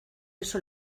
eso